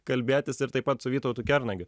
kalbėtis ir taip pat su vytautu kernagiu